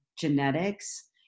genetics